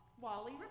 Wally